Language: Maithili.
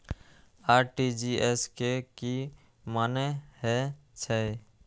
आर.टी.जी.एस के की मानें हे छे?